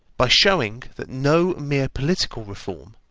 by showing that no mere political reform,